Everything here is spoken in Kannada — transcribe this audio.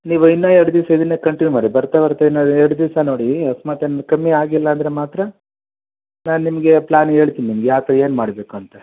ನೀವು ಇನ್ನೂ ಎರಡು ದಿವಸ ಇದನ್ನೇ ಕಂಟಿನ್ಯೂ ಮಾಡಿ ಬರ್ತಾ ಬರ್ತಾ ಇನ್ನೂ ಎರಡು ದಿವಸ ನೋಡಿ ಅಕಸ್ಮಾತ್ ಏನಾನ ಕಮ್ಮಿ ಆಗಿಲ್ಲಾಂದರೆ ಮಾತ್ರ ನಾನು ನಿಮಗೆ ಪ್ಲ್ಯಾನ್ ಹೇಳ್ತೀನಿ ನಿಮಗೆ ಏನ್ಮಾಡ್ಬೇಕು ಅಂತ